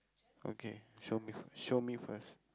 okay show me show me first